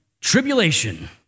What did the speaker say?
Tribulation